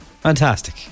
fantastic